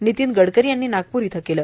नितीन गडकरी यांनी नागपूर येथे केले